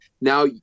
now